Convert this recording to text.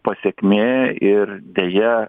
pasekmė ir deja